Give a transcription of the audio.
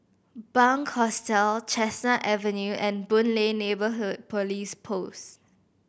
Bunc Hostel Chestnut Avenue and Boon Lay Neighbourhood Police Post